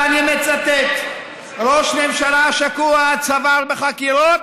ואני מצטט: "ראש ממשלה השקוע עד צוואר בחקירות,